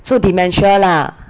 so dementia lah